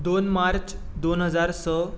दोन मार्च दोन हजार स